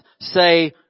say